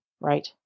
right